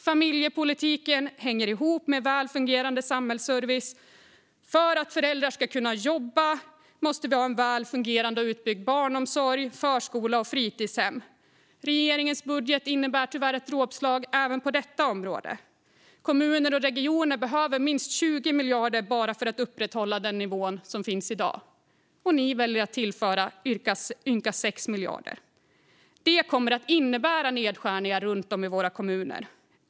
Familjepolitiken hänger ihop med en fungerande samhällsservice. För att föräldrar ska kunna jobba måste vi ha en väl fungerande och utbyggd barnomsorg, förskola och fritidshem. Regeringens budget innebär tyvärr ett dråpslag även på detta område. Kommuner och regioner behöver minst 20 miljarder bara för att upprätthålla den nivå som finns i dag, och ni väljer att tillföra ynka 6 miljarder. Det kommer att innebära nedskärningar runt om i våra kommuner.